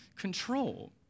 control